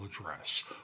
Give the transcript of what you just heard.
address